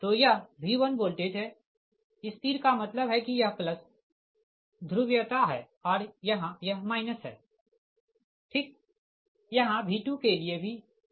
तो यह V1 voltage है इस तीर का मतलब है कि यह प्लस ध्रुवीयता है और यहाँ यह माइनस है ठीक यहाँ V2 के लिए भी एक ही चीज़ है